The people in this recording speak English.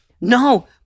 No